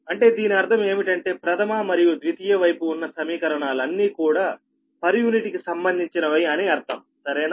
అంటే దీని అర్థం ఏమిటంటే ప్రథమ మరియు ద్వితీయ వైపు ఉన్న సమీకరణాలు అన్ని కూడా పర్ యూనిట్ కి సంబంధించినవి అని అర్థం సరేనా